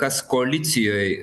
kas koalicijoj